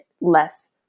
less